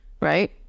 right